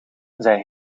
zij